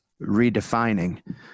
redefining